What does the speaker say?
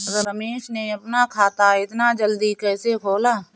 रमेश ने अपना खाता इतना जल्दी कैसे खोला?